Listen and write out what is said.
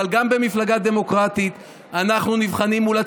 אבל גם במפלגה דמוקרטית אנחנו נבחנים מול הציבור,